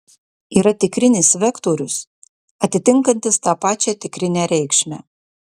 yra tikrinis vektorius atitinkantis tą pačią tikrinę reikšmę